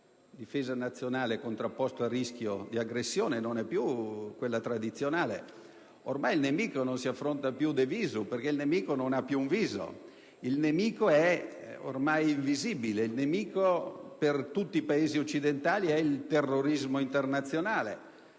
difesa nazionale contrapposta al rischio di aggressione non sia più quella tradizionale. Ormai il nemico non si affronta più *de visu,* perché il nemico non ha più un viso; il nemico è ormai invisibile. Il nemico per tutti i Paesi occidentali è il terrorismo internazionale,